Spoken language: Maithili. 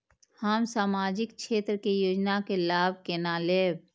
हम सामाजिक क्षेत्र के योजना के लाभ केना लेब?